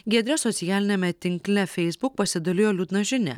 giedrė socialiniame tinkle feisbuk pasidalijo liūdna žinia